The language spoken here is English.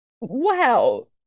Wow